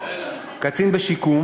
קצין בשיקום